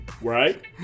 Right